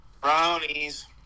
Brownies